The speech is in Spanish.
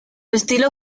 estilo